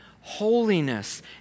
holiness